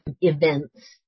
events